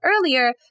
earlier